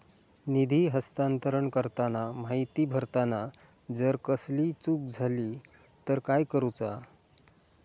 निधी हस्तांतरण करताना माहिती भरताना जर कसलीय चूक जाली तर काय करूचा?